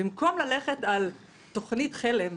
במקום ללכת על תוכנית חלם,